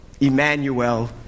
Emmanuel